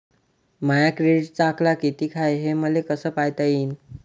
माया क्रेडिटचा आकडा कितीक हाय हे मले कस पायता येईन?